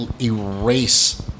erase